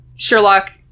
Sherlock